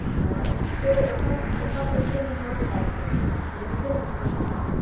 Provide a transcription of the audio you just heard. ᱟᱨ ᱩᱝᱠᱩ ᱫᱚ ᱚᱠᱟ ᱚᱠᱟ ᱯᱟᱴᱤᱨᱮᱱ ᱦᱚᱲ ᱠᱚ ᱫᱟᱞ ᱚ ᱪᱚ ᱟᱠᱟᱱᱟ ᱴᱤ ᱮᱢ ᱥᱤ ᱨᱮᱱ ᱥᱮ ᱵᱤ ᱡᱮ ᱯᱤ ᱨᱮᱱ